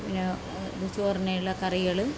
പിന്നെ ത് ചോറിനുള്ള കറികൾ